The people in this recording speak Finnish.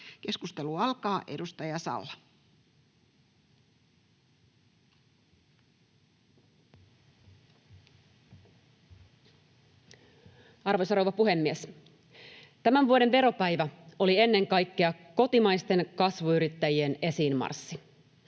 Time: 17:07 Content: Arvoisa puhemies! Tämän vuoden veropäivä oli ennen kaikkea kotimaisten kasvuyrittäjien esiinmarssi.